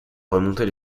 remonter